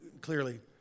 clearly